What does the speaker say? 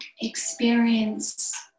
experience